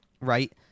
right